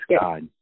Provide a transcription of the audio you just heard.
God